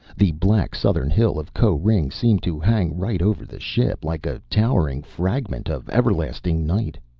the black southern hill of koh-ring seemed to hang right over the ship like a towering fragment of everlasting night.